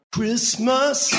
Christmas